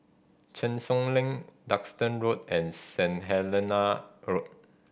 Cheng Soon Lane Duxton Road and Saint Helena Road